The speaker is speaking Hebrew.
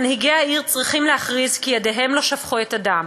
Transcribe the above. מנהיגי העיר צריכים להכריז כי ידיהם לא שפכו את הדם.